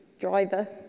driver